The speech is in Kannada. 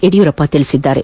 ಯಡಿಯೂರಪ್ಪ ಹೇಳಿದ್ದಾರೆ